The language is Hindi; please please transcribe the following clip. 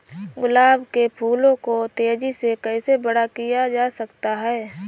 गुलाब के फूलों को तेजी से कैसे बड़ा किया जा सकता है?